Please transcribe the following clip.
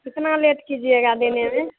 कितना लेट कीजिएगा देने में